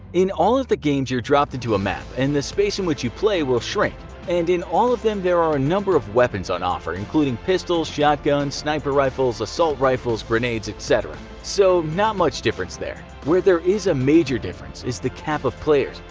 in all of the games you are dropped into a map and the space in which you play will shrink and in all of them there are a number of weapons on offer, including pistols, shotguns, sniper rifles, assault rifles, grenades, etc, so not much difference there. where there is a major difference is the cap of players.